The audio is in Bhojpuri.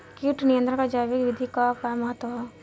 कीट नियंत्रण क जैविक विधि क का महत्व ह?